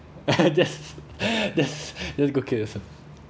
just just go kill yourself